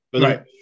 Right